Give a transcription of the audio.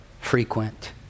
frequent